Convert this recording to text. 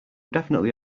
definitely